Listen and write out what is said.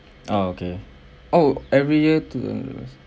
ah okay oh every year to